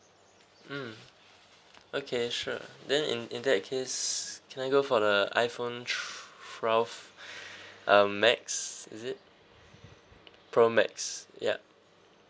mm okay sure then in in that case can I go for the iPhone twelve um max is it pro max yup